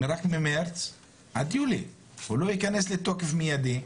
הוא לא ייכנס לתוקף מיידי,